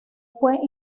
fue